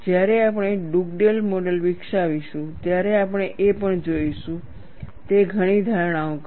જ્યારે આપણે Dugdale model વિકસાવીશું ત્યારે આપણે એ પણ જોઈશું તે ઘણી ધારણાઓ કરશે